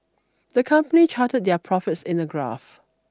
the company charted their profits in a graph